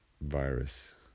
virus